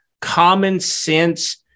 common-sense